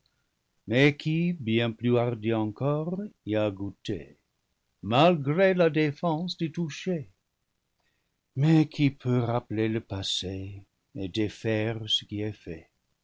bien plus hardie encore y as goûté malgré la défense d'y toucher mais qui peut rappeler le passé et défaire ce qui est fait